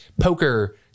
poker